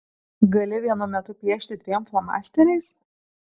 gali vienu metu piešti dviem flomasteriais